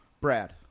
Brad